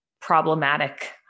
problematic